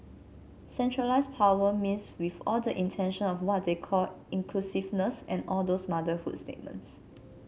centralised power means with all the intention of what they call inclusiveness and all those motherhood statements